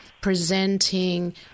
presenting